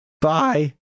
bye